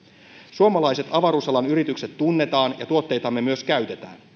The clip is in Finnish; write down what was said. suomalaiset avaruusalan yritykset tunnetaan ja tuotteitamme myös käytetään